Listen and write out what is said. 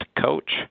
Coach